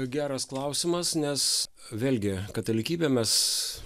geras klausimas nes vėlgi katalikybę mes